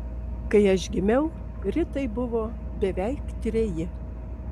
kai aš gimiau ritai buvo beveik treji